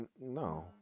No